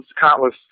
countless